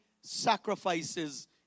sacrifices